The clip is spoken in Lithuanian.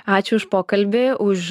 ačiū už pokalbį už